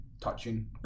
touching